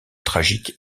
tragique